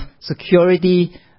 security